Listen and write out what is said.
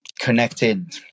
connected